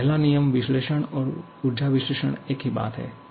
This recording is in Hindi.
तो पहला नियम विश्लेषण और ऊर्जा विश्लेषण एक ही बात है